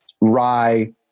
rye